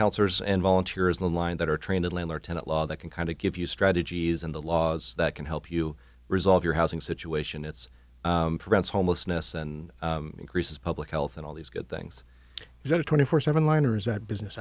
counselors and volunteers in line that are trained in landlord tenant law that can kind of give you strategies in the laws that can help you resolve your housing situation it's homelessness and increases public health and all these good things that a twenty four seven liners that business